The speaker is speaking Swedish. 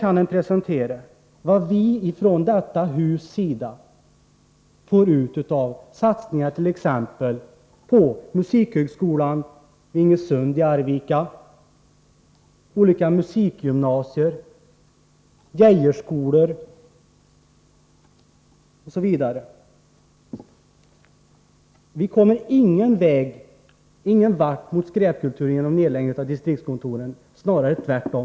De kan presentera vad vi får ut av de satsningar som görs av ledamöter i det här huset, t.ex. på Ingesunds musikhögskola i Arvika, olika musikgymnasier, Geijerskolor osv. Vi kommer ingen vart i kampen mot skräpkulturen genom en nedläggning av distriktskontoren — snarare blir det tvärtom.